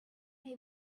had